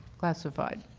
classified.